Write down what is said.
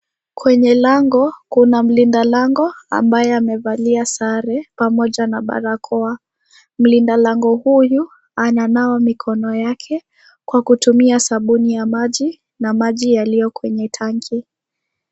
Kwenye lango, kuna mlinda lango ambaye amevalia sare pamoja na barakoa. Mlinda lango huyu, ananawa mikono yake kwa kutumia sabuni ya maji na maji yaliyo kwenye tanki.